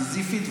סיזיפית,